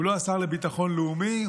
הוא לא השר לביטחון לאומי,